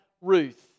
Ruth